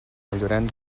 llorenç